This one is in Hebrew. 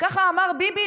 ככה אמר ביבי,